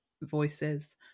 voices